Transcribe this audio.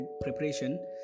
preparation